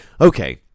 Okay